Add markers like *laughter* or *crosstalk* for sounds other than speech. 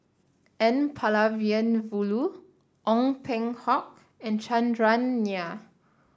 N *unintelligible* Ong Peng Hock and Chandran Nair